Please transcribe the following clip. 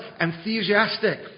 enthusiastic